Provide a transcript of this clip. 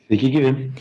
sveiki gyvi